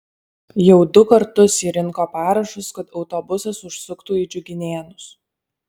jau du kartus ji rinko parašus kad autobusas užsuktų į džiuginėnus